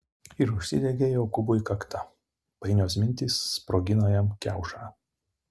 ir užsidegė jokūbui kakta painios mintys sprogino jam kiaušą